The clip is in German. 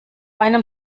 einem